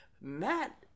Matt